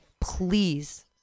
please